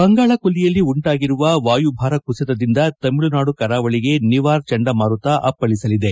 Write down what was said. ಬಂಗಾಳ ಕೊಲ್ಲಿಯಲ್ಲಿ ಉಂಟಾಗಿರುವ ವಾಯುಭಾರ ಕುಸಿತದಿಂದ ತಮಿಳುನಾಡು ಕರಾವಳಿಗೆ ನಿವಾರ್ ಚಂಡಮಾರುತ ಅಪ್ಲಳಿಸಲಿದೆ